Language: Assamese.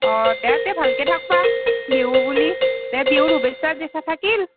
অঁ দে তে ভালকৈ থাকিবা বিহু বুলি দে বিহুৰ শুভেচ্ছা চুভেচ্ছা থাকিল